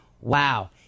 Wow